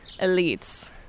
elites